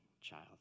child